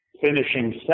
finishing